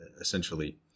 essentially